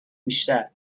بیشتر